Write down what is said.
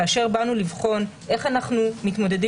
כאשר באנו לבחון איך אנחנו מתמודדים